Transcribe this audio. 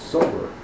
Sober